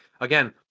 again